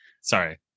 sorry